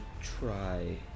try